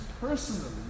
personally